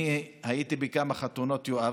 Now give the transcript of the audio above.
אני הייתי בכמה חתונות, יואב.